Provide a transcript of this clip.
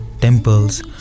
temples